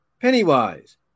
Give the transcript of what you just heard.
Pennywise